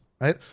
right